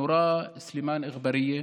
נורה סלימאן אגברייה,